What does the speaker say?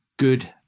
good